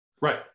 right